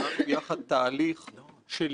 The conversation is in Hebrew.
אבל חשוב להדגיש שוב